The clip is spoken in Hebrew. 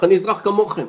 אני אזרח כמוכם.